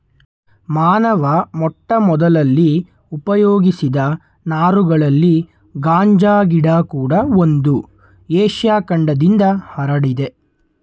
ಮಾನವ ಮೊಟ್ಟಮೊದಲಲ್ಲಿ ಉಪಯೋಗಿಸಿದ ನಾರುಗಳಲ್ಲಿ ಗಾಂಜಾ ಗಿಡ ಕೂಡ ಒಂದು ಏಷ್ಯ ಖಂಡದಿಂದ ಹರಡಿದೆ